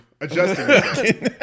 adjusting